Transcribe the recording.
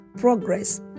Progress